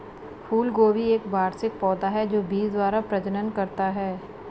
फूलगोभी एक वार्षिक पौधा है जो बीज द्वारा प्रजनन करता है